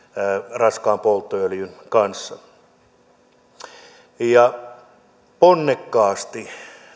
raskaan polttoöljyn kanssa ponnekkaasti